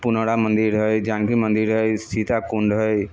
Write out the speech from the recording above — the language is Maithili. पुनौरा मन्दिर हइ जानकी मन्दिर हइ सीता कुण्ड हइ